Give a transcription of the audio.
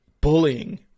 bullying